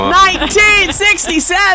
1967